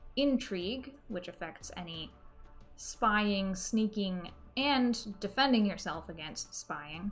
intrigue which affects any spying sneaking and defending yourself against spying